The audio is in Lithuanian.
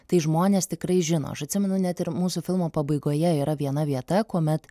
tai žmonės tikrai žino aš atsimenu net ir mūsų filmo pabaigoje yra viena vieta kuomet